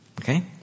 Okay